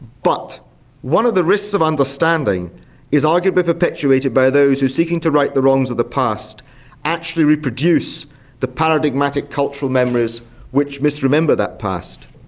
but one of the risks of understanding is arguably perpetuated by those who are seeking to write the wrongs of the past actually reproduce the paradigmatic cultural memories which misremember that past.